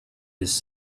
his